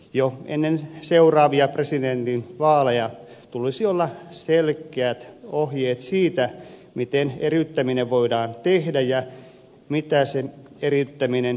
jo ennen seuraavia presidentinvaaleja tulisi olla selkeät ohjeet siitä miten eriyttäminen voidaan tehdä ja mitä eriyttäminen yleensä tarkoittaa